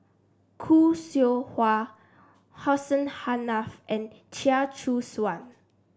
Khoo Seow Hwa Hussein Haniff and Chia Choo Suan